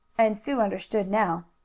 and sue understood now.